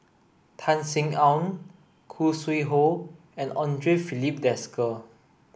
Tan Sin Aun Khoo Sui Hoe and Andre Filipe Desker